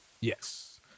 Yes